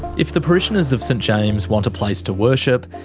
if the parishioners of st james want a place to worship,